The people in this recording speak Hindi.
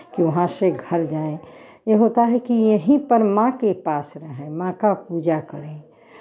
कि वहाँ से घर जाएँ ये होता है कि यही पर माँ के पास रहें माँ का पूजा करें